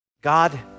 God